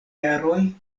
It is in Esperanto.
jaroj